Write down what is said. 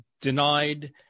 denied